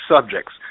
subjects